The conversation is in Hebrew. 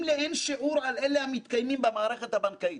לאין שיעור על אלה המתקיימים במערכת הבנקאית.